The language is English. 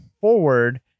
forward